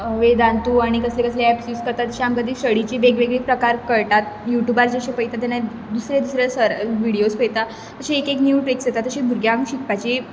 वेदांतू आनी कसले कसले एप्स यूझ करता तशे आमकां ती स्टडिची वेग वेगळी प्रकार कळटात युटुबार जशे पयता तेन्ना दुसरे दुसरे सर विडियोज पयता तशी एक एक न्यू ट्रिक्स येता तशी भुरग्यांक शिकपाची